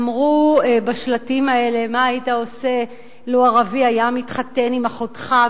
אמרו בשלטים האלה: מה היית עושה לו ערבי היה מתחתן עם אחותך?